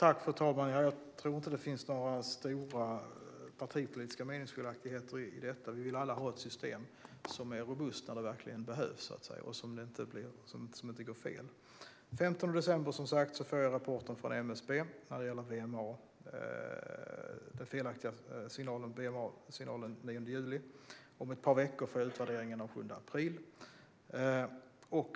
Fru talman! Jag tror inte att det finns några stora partipolitiska meningsskiljaktigheter i detta. Vi vill alla ha system som är robusta när det verkligen behövs och som inte går fel. Som sagt, den 15 december får jag rapporten från MSB när det gäller VMA, den felaktiga signalen den 9 juli. Om ett par veckor får jag utvärderingen av den 7 april.